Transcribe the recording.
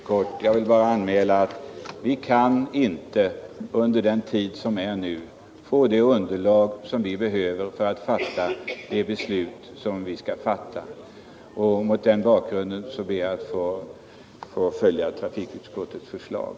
Herr talman! Jag vill bara anmäla följande. Vi kan inte under den tid som står till buds få det underlag som vi behöver för att fatta beslut. Mot den bakgrunden kommer jag att följa trafikutskottets förslag.